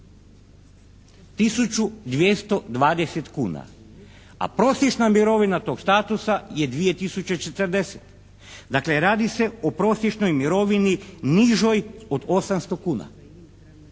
1.220,00 kuna, a prosječna mirovina tog statusa je 2.040,00. Dakle radi se o prosječnoj mirovini nižoj od 800,00 kuna.